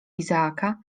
izaaka